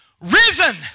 risen